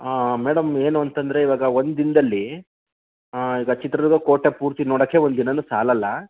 madam ಏನು ಅಂತಂದರೆ ಇವಾಗ ಒಂದು ದಿನದಲ್ಲಿ ಈಗ ಚಿತ್ರದುರ್ಗ ಕೋಟೆ ಪೂರ್ತಿ ನೋಡೋಕ್ಕೆ ಒಂದು ದಿನನೂ ಸಾಲೋಲ್ಲ